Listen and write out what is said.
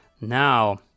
Now